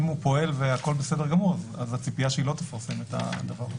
אם הוא פועל והכול בסדר הציפייה שהיא לא תפרסם את הדבר הזה.